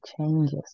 changes